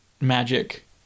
magic